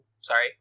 sorry